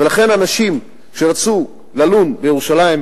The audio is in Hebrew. ולכן אנשים שרצו ללון בירושלים,